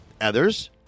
Others